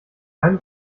keine